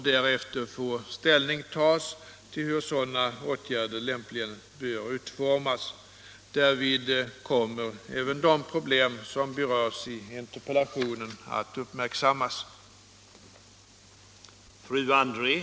Därefter får ställning tas till hur sådana åtgärder lämpligen bör Nr 109 utformas. Därvid kommer även de problem som berörs i interpellationen Fredagen den